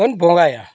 ᱵᱚᱱ ᱵᱚᱸᱜᱟᱭᱟ